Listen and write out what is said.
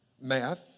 math